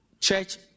church